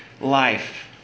life